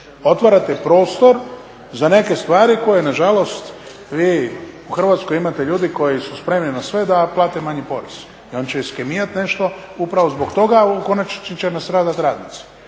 Otvarate prostor za neke stvari koje nažalost vi u Hrvatskoj imate ljudi koji su spremni na sve da plate manji porez i oni će iskemijati nešto i upravo zbog toga u konačnici će nastradat radnici.